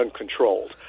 uncontrolled